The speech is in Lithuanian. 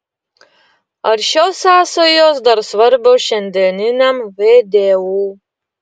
ar šios sąsajos dar svarbios šiandieniniam vdu